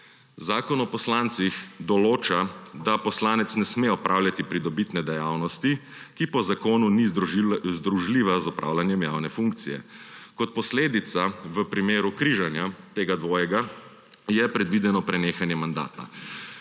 Zakon o poslancih določa, da poslanec ne sme opravljati pridobitne dejavnosti, ki po zakonu ni združljiva z opravljanjem javne funkcije. Kot posledica v primeru križanja tega dvojega je predvideno prenehanje mandata.